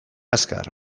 azkar